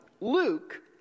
Luke